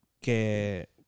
que